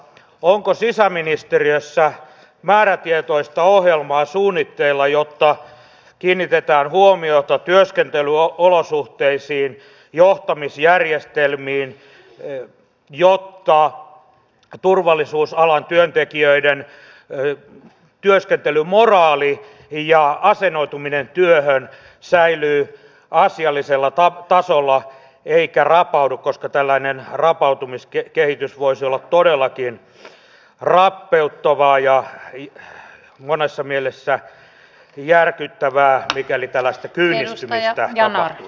onko sisäministeriössä määrätietoista ohjelmaa suunnitteilla jotta kiinnitetään huomiota työskentelyolosuhteisiin johtamisjärjestelmiin jotta turvallisuusalan työntekijöiden työskentelymoraali ja asennoituminen työhön säilyy asiallisella tasolla eikä rapaudu koska tällainen rapautumiskehitys voisi olla todellakin rappeuttavaa ja monessa mielessä järkyttävää mikäli tällaista kyynistymistä tapahtuisi